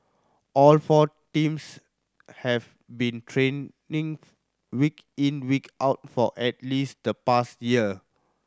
all four teams have been training week in week out for at least the past year